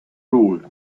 rule